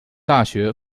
大学